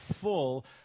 Full